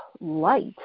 light